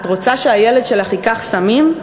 את רוצה שהילד שלך ייקח סמים?